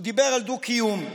הוא דיבר על דו-קיום.